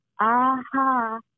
Aha